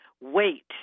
wait